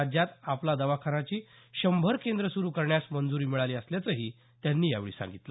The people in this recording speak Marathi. राज्यात आपला दवाखानाची शंभर केंद्र सुरू करण्यास मंजुरी मिळाली असल्याचंही त्यांनी यावेळी सांगितलं